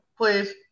Please